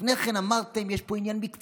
לפני כן אמרתם: יש פה עניין מקצועי,